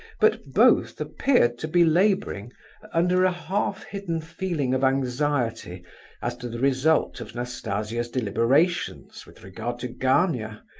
but both appeared to be labouring under a half-hidden feeling of anxiety as to the result of nastasia's deliberations with regard to gania,